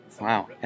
Wow